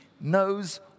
knows